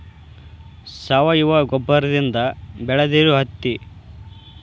ಸಾವಯುವ ಗೊಬ್ಬರದಿಂದ ಬೆಳದಿರು ಹತ್ತಿ